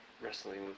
Wrestling